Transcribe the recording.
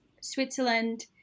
Switzerland